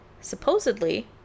supposedly